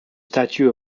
statue